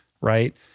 right